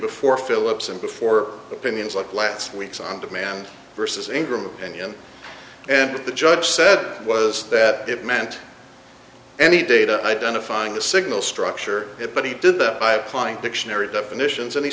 before phillips and before opinions like last week's on demand versus ingram and him and the judge said was that it meant any data identifying the signal structure it but he did that by applying dictionary definitions and he